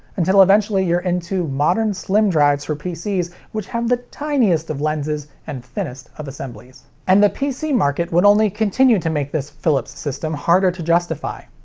until eventually you're into modern slim drives for pcs which have the tiniest of lenses and thinnest of assemblies. and the pc market would only continue to make this philips system harder to justify.